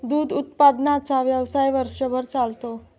दूध उत्पादनाचा व्यवसाय वर्षभर चालतो